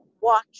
watch